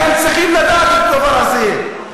אתם צריכים לדעת את הדבר הזה.